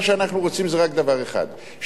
מה שאנחנו רוצים זה רק דבר אחד,